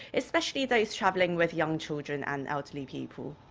especially those traveling with young children and elderly people.